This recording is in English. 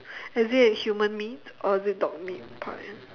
is it a human meat or is it dog meat pie